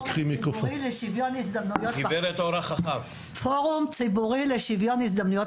שמי אורה חכם, מהפורום הציבורי לשוויון הזדמנויות